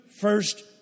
first